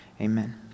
Amen